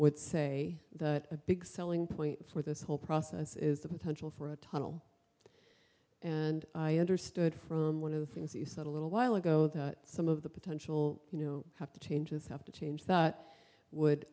would say that a big selling point for this whole process is the potential for a tunnel and i understood from one of the things you said a little while ago that some of the potential you know have to changes have to change that would